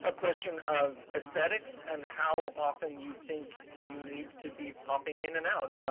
ah question of aesthetics and how often you think you need to be popping in and out.